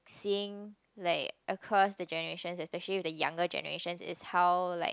seeing like across the generation especially with the younger generation is how like